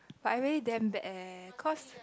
but I really damn bad eh cause